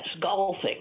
golfing